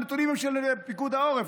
הנתונים הם של פיקוד העורף,